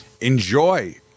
enjoy